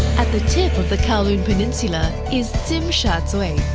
at the tip of the kowloon peninsula is tsim sha tsui,